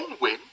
win